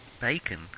Bacon